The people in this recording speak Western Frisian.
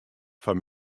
foar